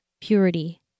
purity